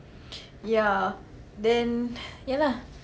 ya then ya lah